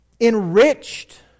Enriched